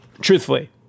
truthfully